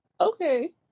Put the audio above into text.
okay